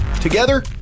Together